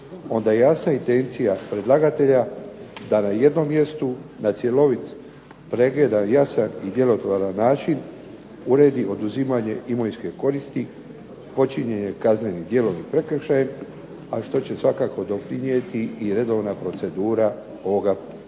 onda je jasna intencija predlagatelja da na jednom mjestu na cjelovit, pregledan, jasan i djelotvoran način uredi oduzimanje imovinske koriste počinjene kaznenim djelom i prekršajem, a što će svakako doprinijeti i redovna procedura ovoga